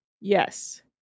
Yes